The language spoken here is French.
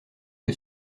que